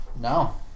No